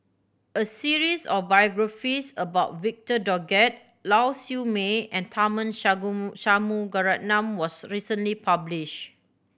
a series of biographies about Victor Doggett Lau Siew Mei and Tharman Shanmugaratnam was recently publish